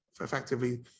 effectively